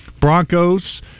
Broncos